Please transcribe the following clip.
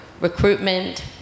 recruitment